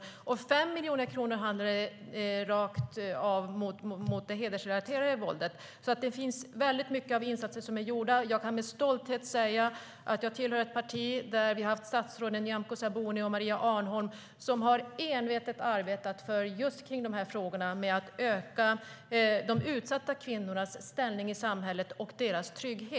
Mot det hedersrelaterade våldet var det 5 miljoner kronor rakt av. Det finns alltså väldigt många insatser som är gjorda. Jag kan med stolthet säga att jag tillhör ett parti där statsråden Nyamko Sabuni och Maria Arnholm envetet har arbetat med dessa frågor för att förbättra de utsatta kvinnornas ställning i samhället och öka deras trygghet.